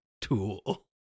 tool